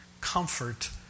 comfort